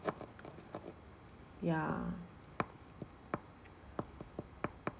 ya